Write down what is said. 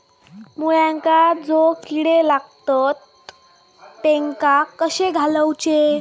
मुळ्यांका जो किडे लागतात तेनका कशे घालवचे?